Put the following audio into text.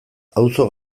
auzo